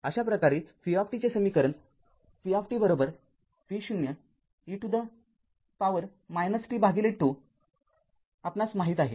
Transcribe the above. अशा प्रकारे v चे समीकरण v v0 e tζ आपणास माहीत आहे